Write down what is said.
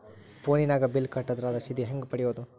ಫೋನಿನಾಗ ಬಿಲ್ ಕಟ್ಟದ್ರ ರಶೇದಿ ಹೆಂಗ್ ಪಡೆಯೋದು?